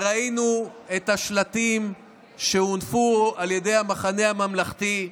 ראינו את השלטים שהונפו על ידי המחנה הממלכתי,